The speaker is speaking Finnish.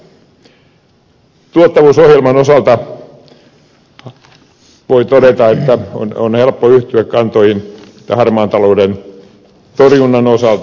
tuottavuusohjelman osalta voi todeta että on helppo yhtyä kantoihin tämän harmaan talouden torjunnan osalta